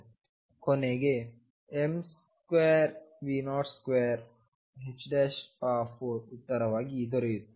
ಕೊನೆಗೆm2V024 ಉತ್ತರವಾಗಿ ದೊರೆಯುತ್ತದೆ